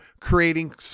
creating